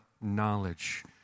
knowledge